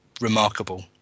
remarkable